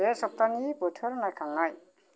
बे सप्तानि बोथोर नायखांनाय